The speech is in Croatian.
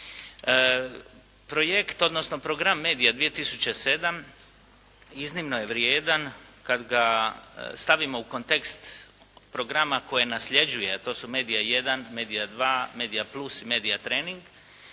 Projekt odnosno program Media 2007. iznimno je vrijedan kad ga stavimo u kontekst programa koje nasljeđuje, a to su Media 1., Media 2., Media plus i Media trening,